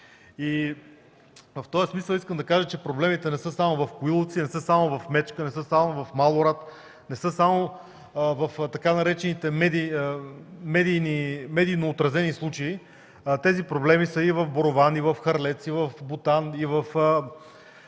В този смисъл, искам да кажа, че проблемите не са само в Коиловци, не са само в Мечка, не са само в Малорад, в така наречените „медийно отразени случаи“. Тези проблеми са и в Борован, и в Харлец, и в Бутан, и в